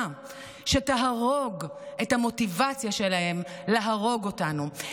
שתהרוג את המוטיבציה שלהם להרוג אותנו,